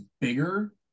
bigger